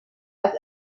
als